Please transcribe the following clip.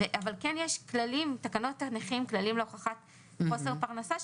אבל כן יש בתקנות הנכים כללים להוכחת חוסר פרנסה,